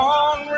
on